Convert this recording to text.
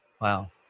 Wow